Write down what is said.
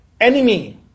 enemy